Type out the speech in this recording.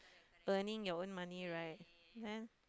earning your own money right then